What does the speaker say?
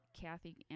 Kathy